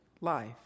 life